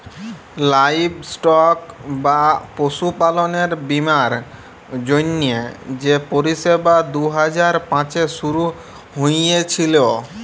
livestock বা পশুপাললের বীমার জ্যনহে যে পরিষেবা দু হাজার পাঁচে শুরু হঁইয়েছিল